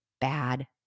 bad